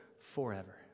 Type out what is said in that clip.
forever